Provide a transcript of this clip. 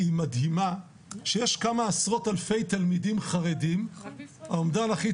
מדהימה שיש כמה עשרות אלפי תלמידים חרדים האומדן הכי